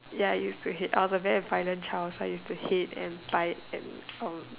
ya use to it I was a very violent child so I use to hit and bite and